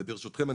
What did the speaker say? ברשותכם,